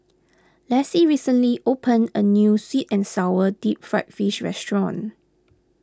Lessie recently opened a New Sweet and Sour Deep Fried Fish restaurant